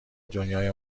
دنیای